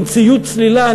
עם ציוד צלילה,